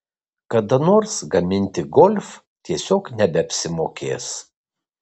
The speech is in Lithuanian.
kada nors gaminti golf tiesiog nebeapsimokės